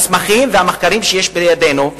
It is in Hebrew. המסמכים והמחקרים שיש בידינו,